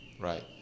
Right